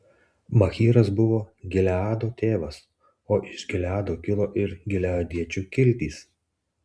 machyras buvo gileado tėvas o iš gileado kilo gileadiečių kiltys